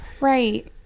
Right